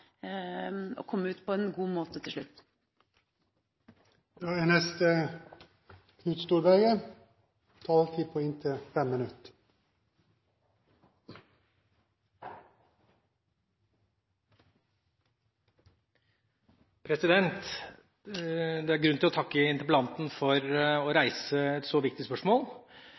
komme ut på en god måte til slutt. Det er grunn til å takke interpellanten for å reise et så viktig spørsmål.